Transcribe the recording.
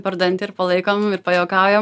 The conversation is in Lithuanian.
per dantį ir palaikom ir pajuokaujam